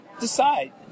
decide